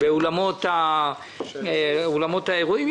באולמות האירועים,